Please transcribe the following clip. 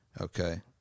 Okay